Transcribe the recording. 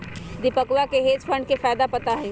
दीपकवा के hedge fund के फायदा पता हई